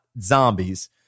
zombies